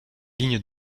lignes